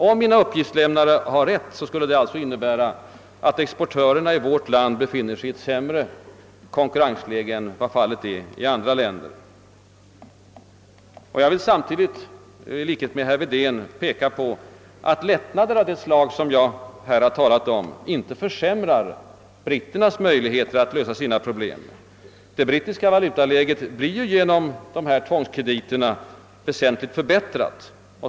Om mina uppgiftslämnare har rätt, skulle alltså exportörerna i vårt land befinna sig i ett sämre konkurrensläge än exportörerna i andra länder. Jag vill i likhet med herr Wedén peka på att lättnader av det slag som jag här har angivit inte minskar britternas möjligheter att lösa sina problem. Det brittiska valutaläget blir ju genom de utländska tvångskrediterna väsentligt förbättrat.